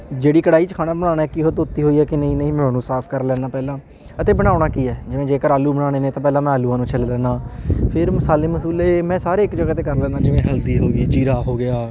ਜਿਹੜੀ ਕੜਾਹੀ 'ਚ ਖਾਣਾ ਬਣਾਉਣਾ ਕਿ ਉਹ ਧੋਤੀ ਹੋਈ ਹੈ ਕਿ ਨਹੀਂ ਨਹੀਂ ਮੈਂ ਉਹਨੂੰ ਸਾਫ ਕਰ ਲੈਂਦਾ ਪਹਿਲਾਂ ਅਤੇ ਬਣਾਉਣਾ ਕੀ ਹੈ ਜਿਵੇਂ ਜੇਕਰ ਆਲੂ ਬਣਾਉਣੇ ਨੇ ਤਾਂ ਪਹਿਲਾਂ ਮੈਂ ਆਲੂਆਂ ਨੂੰ ਛਿੱਲ ਲੈਂਦਾ ਫਿਰ ਮਸਾਲੇ ਮਸੂਲੇ ਜੇ ਮੈਂ ਸਾਰੇ ਇੱਕ ਜਗ੍ਹਾ 'ਤੇ ਕਰ ਲੈਂਦਾ ਜਿਵੇਂ ਹਲਦੀ ਹੋ ਗਈ ਜੀਰਾ ਹੋ ਗਿਆ